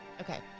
okay